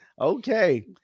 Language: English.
Okay